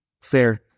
fair